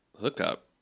hookup